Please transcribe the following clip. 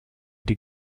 die